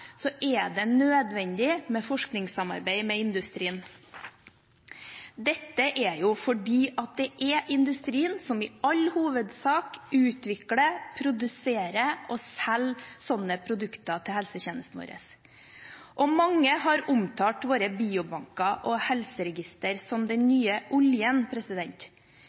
er det nødvendig med forskningssamarbeid med industrien. Det er fordi det er industrien som i all hovedsak utvikler, produserer og selger sånne produkter til helsetjenesten vår. Mange har omtalt våre biobanker og helseregistre som den nye oljen.